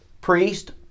priest